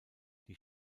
die